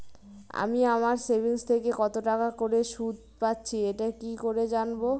আমি আমার সেভিংস থেকে কতটাকা করে সুদ পাচ্ছি এটা কি করে জানব?